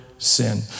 Sin